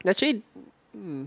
but actually